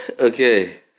Okay